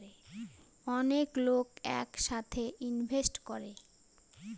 অনেক লোক এক সাথে ইনভেস্ট করে